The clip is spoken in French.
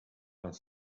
vingt